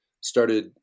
started